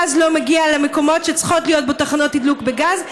הגז לא מגיע למקומות שצריכות להיות בהם תחנות תדלוק בגז,